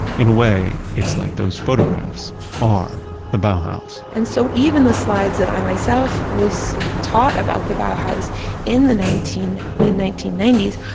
in a way, it's like those photographs are the bauhaus and so even the slides that i, myself was taught about the bauhaus in the nineteen, mid nineteen ninety s,